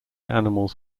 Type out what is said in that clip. animals